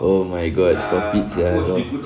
oh my god stop sia kau